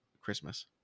Christmas